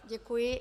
Děkuji.